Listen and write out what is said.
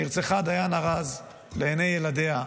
נרצחה דיאנה רז לעיני ילדיה,